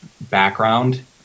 background